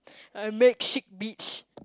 I make sick beats